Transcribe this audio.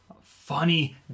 funny